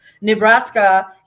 Nebraska